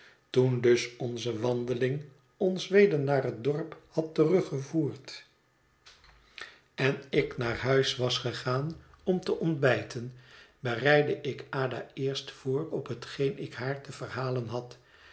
toen dus onze wandeling ons weder naar het dorp had teruggevoerd en ik naar huis was gegaan om te ontbijten bereidde ik ada eerst voor op hetgeen ik haar te verhalen had